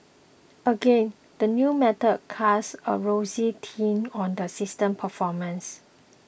again the new method casts a rosier tint on the system's performance